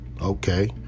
Okay